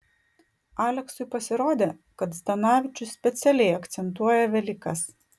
aleksui pasirodė kad zdanavičius specialiai akcentuoja velykas